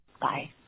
Bye